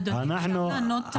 אדוני, אפשר לענות?